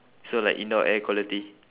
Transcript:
so like indoor air quality